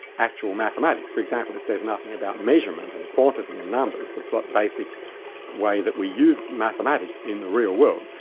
actual mathematics. for example, it says nothing about measurement and quantity in numbers, the but basic way that we use mathematics in the real world.